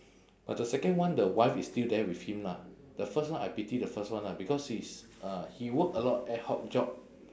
but the second one the wife is still there with him lah the first one I pity the first one lah because he's uh he work a lot ad hoc job